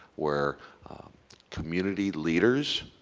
where community leaders,